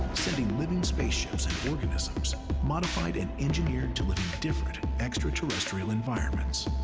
sending living spaceships and organisms modified and engineered to live in different extraterrestrial environments.